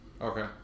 Okay